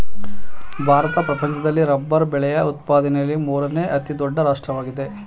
ಭಾರತ ಪ್ರಪಂಚದಲ್ಲಿ ರಬ್ಬರ್ ಬೆಳೆಯ ಉತ್ಪಾದನೆಯಲ್ಲಿ ಮೂರನೇ ಅತಿ ದೊಡ್ಡ ರಾಷ್ಟ್ರವಾಗಿದೆ